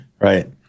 Right